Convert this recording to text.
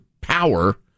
power